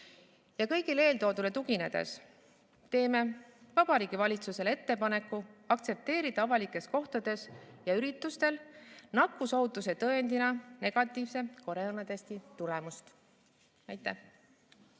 Kõigele eeltoodule tuginedes teeme Vabariigi Valitsusele ettepaneku aktsepteerida avalikes kohtades ja üritustel nakkusohutuse tõendina negatiivset koroonatesti tulemust. Aitäh!